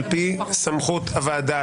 על פי סמכות הוועדה,